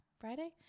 Friday